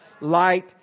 light